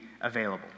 available